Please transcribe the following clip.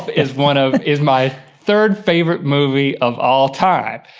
is one of, is my third favorite movie of all time.